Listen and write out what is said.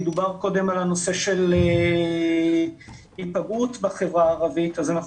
קודם דובר על הנושא של היפגעות בחברה הערבית ולכן אנחנו